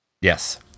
Yes